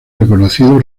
reconocido